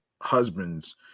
husbands